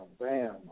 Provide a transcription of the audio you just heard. bam